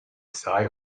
sigh